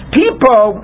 people